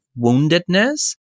woundedness